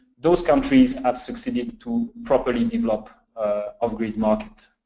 those countries have succeeded to properly develop off-grid market.